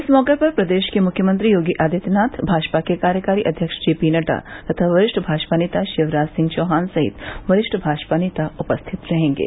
इस मौके पर प्रदेश के मुख्यमंत्री योगी आदित्यनाथ भाजपा के कार्यकारी अध्यक्ष जेपीनड्डा तथा वरिष्ठ भाजपा नेता शिवराज सिंह चौहान सहित वरिष्ठ भाजपा नेता उपस्थित रहेंगे